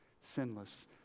sinless